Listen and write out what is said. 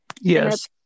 Yes